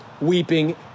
weeping